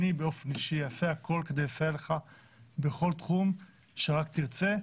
אני באופן אישי אעשה הכול כדי לסייע לך בכל תחום שרק תרצה.